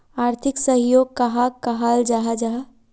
आर्थिक सहयोग कहाक कहाल जाहा जाहा?